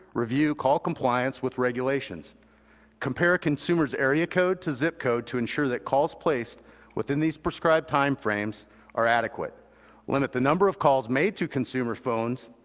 review call compliance with regulations compare consumer's area code to zip code to ensure that calls placed within these prescribed time frames are adequate limit the number of calls made to consumer phones